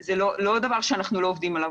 זה לא דבר שאנחנו לא עובדים עליו,